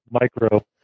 micro